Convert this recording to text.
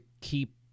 keep